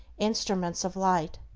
instruments of light.